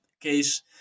case